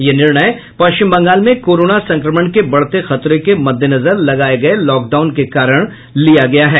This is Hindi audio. ये निर्णय पश्चिम बंगाल में कोरोना संक्रमण के बढ़ते खतरे के मद्देनजर लगाये गये लॉकडाउन के कारण लिया गया है